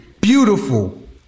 beautiful